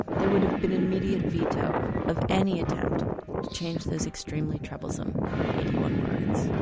there would have been immediate veto of any attempt to change these extremely troublesome eighty one words.